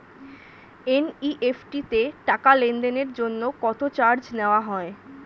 NEFT তে টাকা লেনদেনের জন্য কত চার্জ নেয়া হয়?